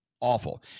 Awful